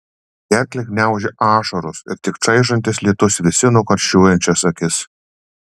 gerklę gniaužė ašaros ir tik čaižantis lietus vėsino karščiuojančias akis